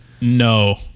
No